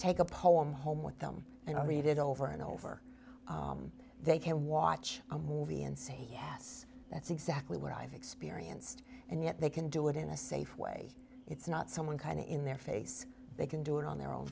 take a poem home with them and read it over and over they can watch a movie and say yes that's exactly what i've experienced and yet they can do it in a safe way it's not someone kind of in their face they can do it on their own